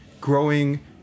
growing